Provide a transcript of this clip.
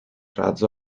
razzo